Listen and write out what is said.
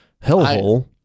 hellhole